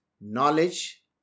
knowledge